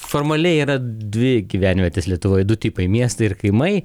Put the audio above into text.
formaliai yra dvi gyvenvietės lietuvoj du tipai miestai ir kaimai